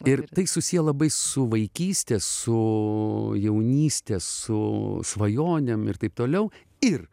ir tai susiję labai su vaikyste su jaunyste su svajonėm ir taip toliau ir